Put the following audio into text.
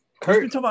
Kurt